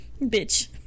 Bitch